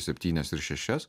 septynias ir šešias